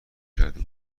کرده